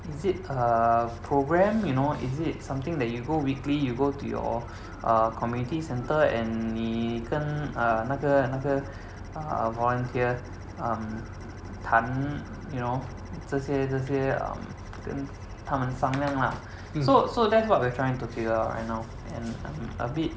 is it a programme you know is it something that you go weekly you go to your err community centre and 你跟 uh 那个那个 err volunteer um 谈 you know 这些这些 um 跟他们商量 lah so so that's what we're trying to figure out right now and um a bit